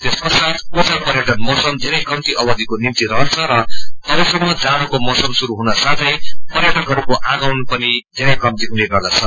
त्यस पश्चात पूजा पर्यटन मौसम धेरै कम्पी अवधिको निम्ति रहन्छ र तबसम्ममा जाझोको मौसम श्रुरू हुन साथै पर्यटकहस्को आगमन पनि धेरै कन्ती हुने गरेछ